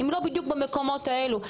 אם לא בדיוק במקומות האלו.